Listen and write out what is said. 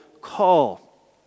call